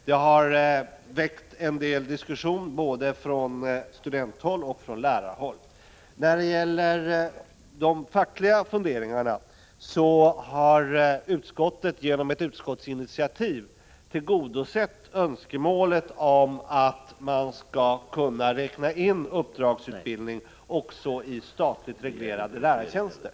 Det har föranlett en del diskussioner både från studenthåll och från lärarhåll. När det gäller de farhågor som framförts från fackligt håll har utskottet genom ett utskottsinitiativ tillgodosett önskemålet om att man skall kunna räkna in uppdragsutbildning i statligt reglerade lärartjänster.